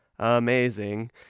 Amazing